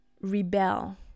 rebel